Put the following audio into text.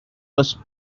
was